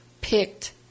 picked